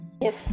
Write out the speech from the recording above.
Yes